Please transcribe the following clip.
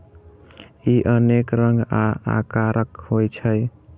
ई अनेक रंग आ आकारक होइ छै